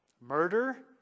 Murder